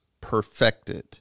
perfected